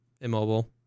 immobile